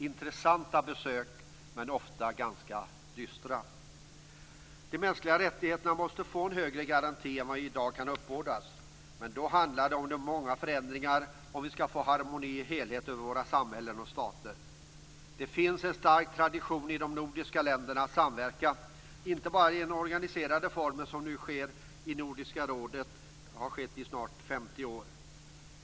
Dessa besök har varit intressanta, men ofta ganska dystra. De mänskliga rättigheterna måste få en högre garanti än vad i dag kan uppbådas. Men då handlar det om många förändringar, om vi skall få harmoni och helhet i våra samhällen och stater. Det finns en stark tradition i de nordiska länderna att samverka, inte bara i den organiserade form som nu sker i Nordiska rådet sedan snart 50 år.